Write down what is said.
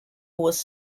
was